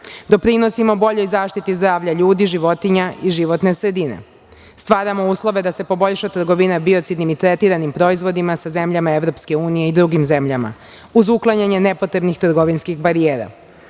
doprinosimo boljoj zaštiti zdravlja ljudi, životinja i životne sredine, stvaramo uslove da se poboljša trgovina biocidnim i tretiranim proizvodima sa zemljama EU i drugim zemljama uz uklanjanje nepotrebnih trgovinskih barijera,